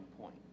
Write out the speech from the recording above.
point